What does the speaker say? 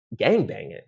gangbanging